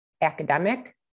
academic